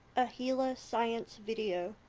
a hila science video.